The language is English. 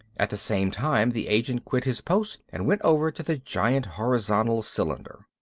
at the same time the agent quit his post and went over to the giant horizontal cylinder.